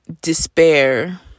despair